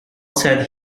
said